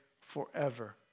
forever